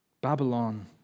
Babylon